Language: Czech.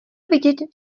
vidět